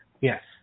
Yes